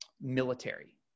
military